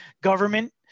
Government